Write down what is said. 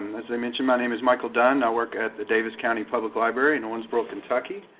as they mentioned, my name is michael dunn. i work at the daviess county public library in owensboro kentucky.